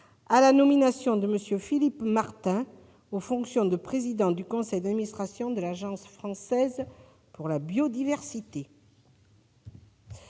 -à la nomination de M. Philippe Martin aux fonctions de président du conseil d'administration de l'Agence française pour la biodiversité.